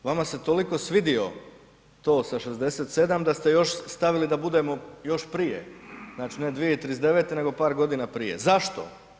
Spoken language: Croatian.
Vama se toliko svidio to sa 67 da ste još stavili da budemo još prije, znači ne 2039. nego par godina prije, zašto?